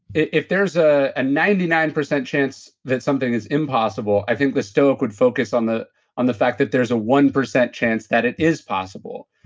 if there's a and ninety nine percent chance that something is impossible, i think the stoic would focus on the on the fact that there's a one percent chance that it is possible.